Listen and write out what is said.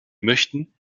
möchten